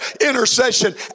intercession